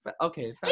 Okay